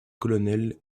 colonel